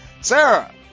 Sarah